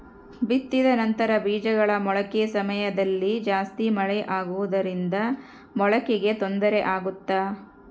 ಬಿತ್ತಿದ ನಂತರ ಬೇಜಗಳ ಮೊಳಕೆ ಸಮಯದಲ್ಲಿ ಜಾಸ್ತಿ ಮಳೆ ಆಗುವುದರಿಂದ ಮೊಳಕೆಗೆ ತೊಂದರೆ ಆಗುತ್ತಾ?